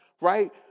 Right